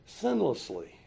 sinlessly